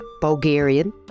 Bulgarian